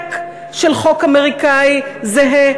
העתק של חוק אמריקני זהה,